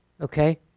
Okay